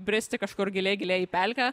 bristi kažkur giliai giliai į pelkę